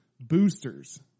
boosters